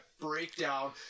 breakdown